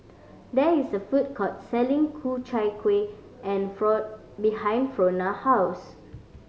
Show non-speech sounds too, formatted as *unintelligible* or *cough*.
there is a food court selling Ku Chai Kueh and *unintelligible* behind Frona house